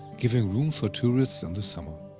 giving room for tourists in the summer.